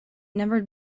never